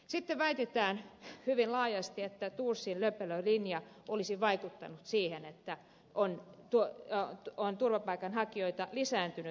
sitten väitetään hyvin laajasti että thorsin löperö linja olisi vaikuttanut siihen että on turvapaikanhakijoita lisääntynyt